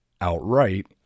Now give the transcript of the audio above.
outright